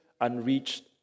unreached